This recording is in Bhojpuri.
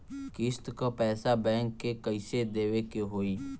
किस्त क पैसा बैंक के कइसे देवे के होई?